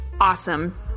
awesome